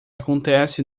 acontece